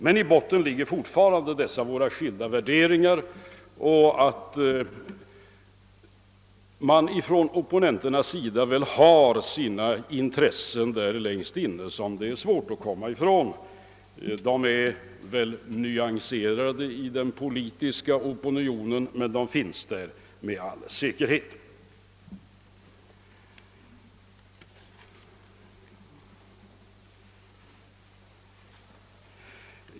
| Men i botten ligger fortfarande dessa våra skilda värderingar och att Opponenterna längst inne har sina intressen som det är svårt att komma ifrån; de är väl nyanserade i den politiska opinionen men de finns där med all säkerhet.